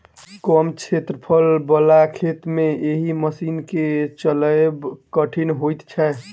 कम क्षेत्रफल बला खेत मे एहि मशीन के चलायब कठिन होइत छै